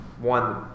One